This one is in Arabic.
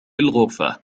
الغرفة